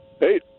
Hey